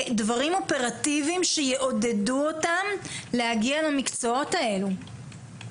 דברים אופרטיביים להגיע למקצועות האלה.